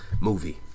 movie